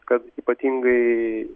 kad ypatingai